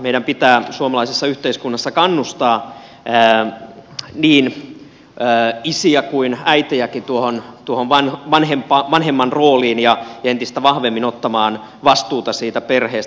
meidän pitää suomalaisessa yhteiskunnassa kannustaa niin isiä kuin äitejäkin tuohon vanhemman rooliin ja entistä vahvemmin ottamaan vastuuta siitä perheestä